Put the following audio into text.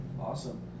Awesome